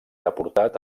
deportat